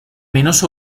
menos